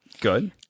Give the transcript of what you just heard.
Good